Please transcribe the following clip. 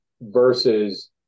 versus